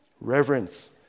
reverence